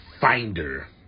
finder